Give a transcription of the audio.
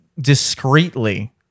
Discreetly